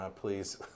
please